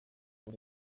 buri